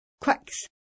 quacks